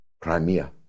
Crimea